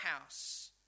house